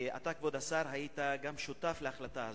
כבוד השר, גם אתה היית שותף להחלטה הזאת.